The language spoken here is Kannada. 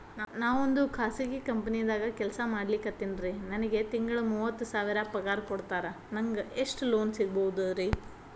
ನಾವೊಂದು ಖಾಸಗಿ ಕಂಪನಿದಾಗ ಕೆಲ್ಸ ಮಾಡ್ಲಿಕತ್ತಿನ್ರಿ, ನನಗೆ ತಿಂಗಳ ಮೂವತ್ತು ಸಾವಿರ ಪಗಾರ್ ಕೊಡ್ತಾರ, ನಂಗ್ ಎಷ್ಟು ಲೋನ್ ಸಿಗಬೋದ ರಿ?